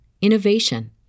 innovation